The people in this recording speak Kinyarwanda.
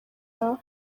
aho